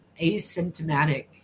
asymptomatic